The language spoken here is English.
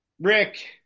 rick